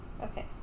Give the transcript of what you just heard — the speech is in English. Okay